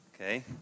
Okay